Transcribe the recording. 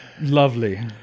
Lovely